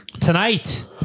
Tonight